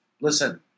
Listen